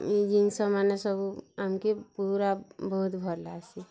ଇ ଜିନିଷ୍ମାନେ ସବୁ ଆମକେ ପୂରା ବହୁତ୍ ଭଲ୍ ଲାଗ୍ସି